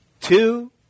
two